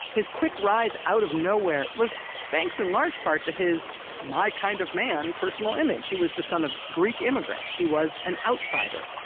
his quick rise out of nowhere was thanks in large part to his my kind of man personal image. he was the son of greek immigrants, he was an outsider.